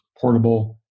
portable